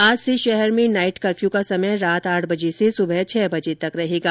आज से शहर में नाइट कर्फ्यू का समय रात आठ बजे से सुबह छह बजे तक रहेगा